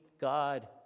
God